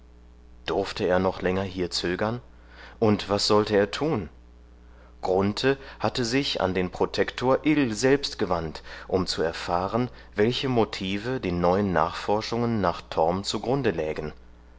durfte er noch länger hier zögern und was sollte er tun grunthe hatte sich an den protektor ill selbst gewandt um zu erfahren welche motive den neuen nachforschungen nach torm zugrunde lägen